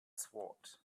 sword